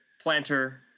planter